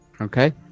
Okay